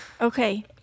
Okay